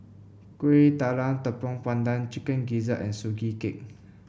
Kuih Talam Tepong Pandan Chicken Gizzard and Sugee Cake